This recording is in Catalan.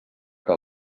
que